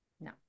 No